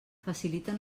faciliten